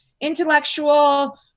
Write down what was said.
intellectual